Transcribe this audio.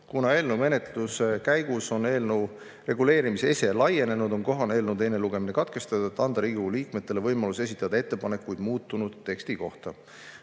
Kuna eelnõu menetluse käigus on eelnõu reguleerimisese laienenud, on kohane eelnõu teine lugemine katkestada, et anda Riigikogu liikmetele võimalus esitada ettepanekuid muutunud teksti kohta.